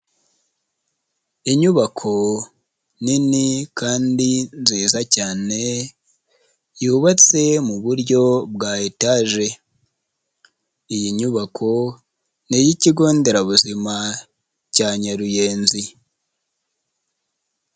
Inyubako nini kandi nziza cyane yubatse mu buryo bwa etage. Iyi nyubako niyikigo nderabuzima cya Nyaruyenzi.